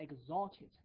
exalted